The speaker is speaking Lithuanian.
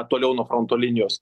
toliau nuo fronto linijos